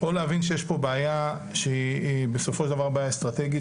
או להבין שיש פה בעיה שהיא בסופו של דבר בעיה אסטרטגית